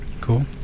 Cool